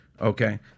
okay